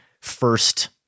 first